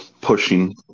pushing